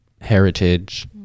heritage